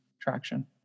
traction